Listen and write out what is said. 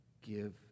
give